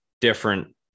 different